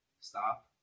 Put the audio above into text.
Stop